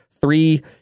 three